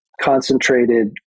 concentrated